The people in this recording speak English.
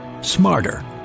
smarter